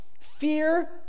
Fear